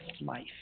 life